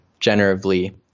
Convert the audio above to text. generatively